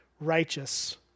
righteous